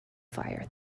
fire